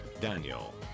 daniel